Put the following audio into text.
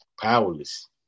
powerless